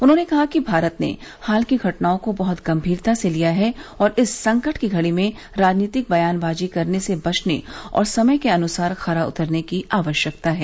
उन्होंने कहा कि भारत ने हाल की घटनाओं को बहुत गंभीरता से लिया है और इस संकट की घड़ी में राजनीतिक बयानबाजी करने से बचने और समय के अनुसार खरा उतरने की आवश्यकता है